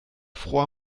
fror